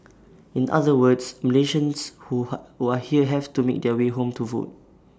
in other words Malaysians who are here have to make their way home to vote